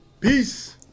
Peace